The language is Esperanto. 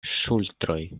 ŝultroj